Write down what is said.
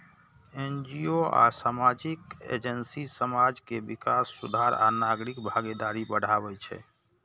NGO आ सामाजिक agency समाज के विकास, सुधार आ नागरिक भागीदारी बढ़ाबै छै